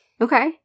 Okay